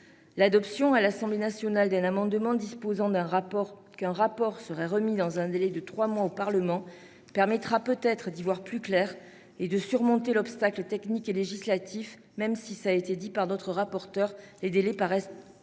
L'adoption, à l'Assemblée nationale, d'un amendement disposant qu'un rapport serait remis dans un délai de trois mois au Parlement permettra peut-être d'y voir plus clair et de surmonter l'obstacle technique et législatif, même si, comme notre rapporteure l'a souligné, les délais paraissent courts